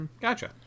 Gotcha